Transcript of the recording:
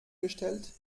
gestellt